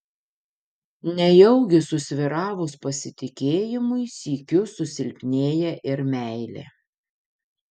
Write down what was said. nejaugi susvyravus pasitikėjimui sykiu susilpnėja ir meilė